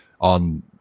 on